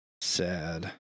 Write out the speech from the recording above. Sad